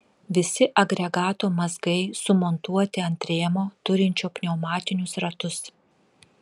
visi agregato mazgai sumontuoti ant rėmo turinčio pneumatinius ratus